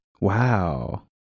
wow